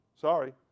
Sorry